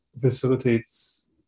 facilitates